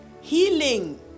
Healing